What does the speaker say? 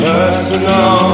Personal